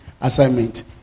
assignment